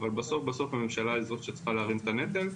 אבל בסוף הממשלה היא זו שצריכה להרים את הנטל.